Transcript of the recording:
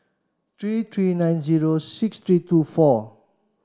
three three nine zero six three two four